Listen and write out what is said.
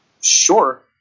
sure